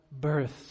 births